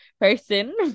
person